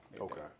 Okay